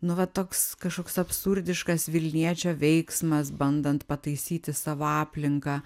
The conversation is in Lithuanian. nu va toks kažkoks absurdiškas vilniečio veiksmas bandant pataisyti savo aplinką